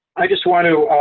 i just want to,